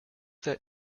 that